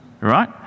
right